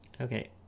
Okay